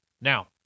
Now